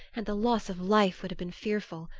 and the loss of life would have been fearful.